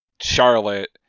Charlotte